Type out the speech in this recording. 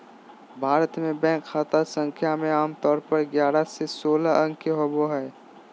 भारत मे बैंक खाता संख्या मे आमतौर पर ग्यारह से सोलह अंक के होबो हय